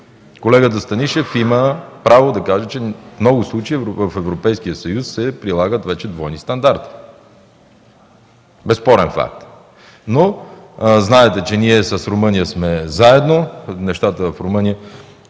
колегата Станишев има право да каже, че в много случаи в Европейския съюз вече се прилагат двойни стандарти. Безспорен факт. Знаете, че ние с Румъния сме заедно. В Румъния,